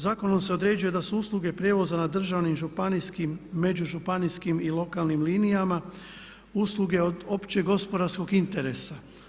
Zakonom se određuje da su usluge prijevoza na državnim županijskim, međužupanijskim i lokalnim linijama usluge od općeg gospodarskog interesa.